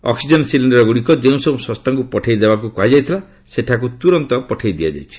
oxygen ସିଲିଣ୍ଡରଗୁଡ଼ିକ ଯେଉଁସବୁ ସଂସ୍ଥାକୁ ପଠାଇ ଦେବାର କୁହାଯାଇଥିଲା ସେଠାକୁ ତୁରନ୍ତ ପଠାଇ ଦିଆଯାଇଛି